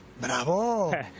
Bravo